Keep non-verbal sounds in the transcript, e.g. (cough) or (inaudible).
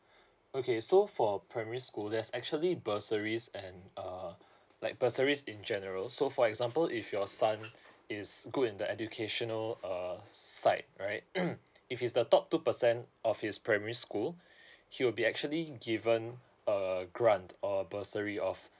okay so for primary school there's actually bursaries and uh like bursaries in general so for example if your son is good in the educational uh side right (coughs) if he's the top two percent of his primary school he will be actually given a grant or bursary of